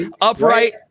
upright